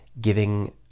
giving